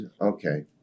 Okay